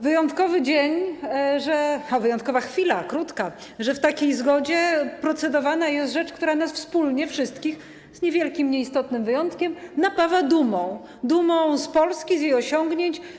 Wyjątkowy dzień, wyjątkowa chwila, krótka - że w takiej zgodzie procedowana jest rzecz, która nas wspólnie, wszystkich, z niewielkim, nieistotnym wyjątkiem, napawa dumą, dumą z Polski, z jej osiągnięć.